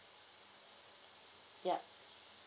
yup